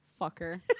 Fucker